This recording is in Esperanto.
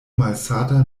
malsata